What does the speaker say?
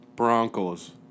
Broncos